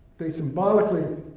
they symbolically